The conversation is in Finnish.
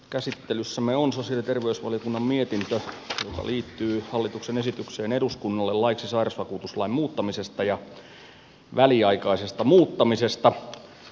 käsittelyssämme on sosiaali ja terveysvaliokunnan mietintö joka liittyy hallituksen esitykseen eduskunnalle laiksi sairausvakuutuslain muuttamisesta ja väliaikaisesta muuttamisesta